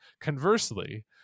Conversely